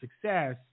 success